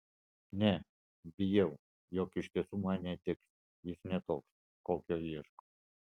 ne bijau jog iš tiesų man netiks jis ne toks kokio ieškau